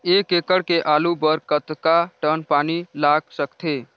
एक एकड़ के आलू बर कतका टन पानी लाग सकथे?